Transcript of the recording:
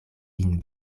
lin